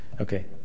Okay